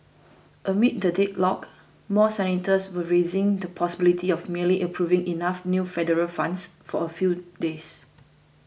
amid the deadlock more senators were raising the possibility of merely approving enough new federal funds for a few days